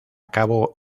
cabo